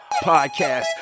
Podcast